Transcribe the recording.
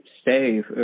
stay